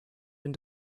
and